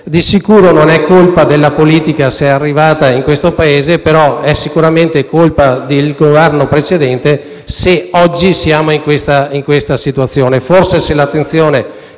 di sicuro non è colpa della politica se è arrivata, ma è sicuramente colpa del Governo precedente se oggi siamo in questa situazione.